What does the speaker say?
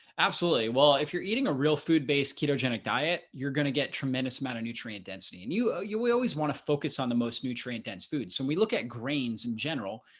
absolutely, well, if you're eating a real food based ketogenic diet, you're going to get tremendous amount of nutrient density and you ah you will always want to focus on the most nutrient dense foods so we look at grains in general,